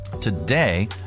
Today